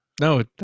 no